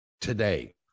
today